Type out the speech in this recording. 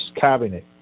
cabinet